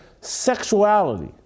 sexuality